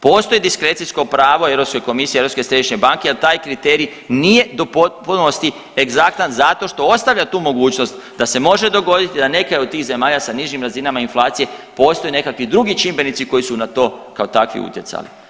Postoji diskrecijsko pravo Europske komisije i Europske središnje banke, a taj kriterij nije u potpunosti egzaktan zato što ostavlja tu mogućnost da se može dogoditi da neke od tih zemalja sa nižim razinama inflacije postoje nekakvi drugi čimbenici koji su na to kao takvi utjecali.